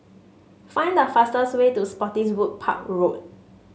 find the fastest way to Spottiswoode Park Road